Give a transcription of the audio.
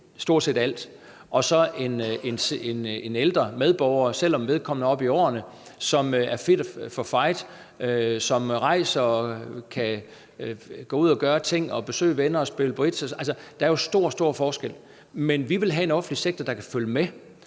stort set alt, og så en ældre medborger, som, selv om vedkommende er oppe i årene, er fit for fight, og som rejser og kan gå ud og gøre ting og besøge venner og spille bridge og sådan noget. Der er stor, stor forskel. Vi vil have en offentlig sektor, der kan følge med